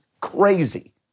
crazy